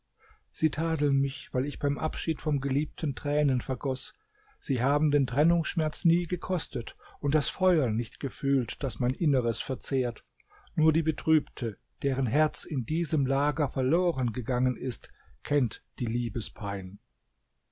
sie tadeln mich weil ich beim abschied vom geliebten tränen vergoß sie haben den trennungsschmerz nie gekostet und das feuer nicht gefühlt das mein inneres verzehrt nur die betrübte deren herz in diesem lager verloren gegangen ist kennt die liebespein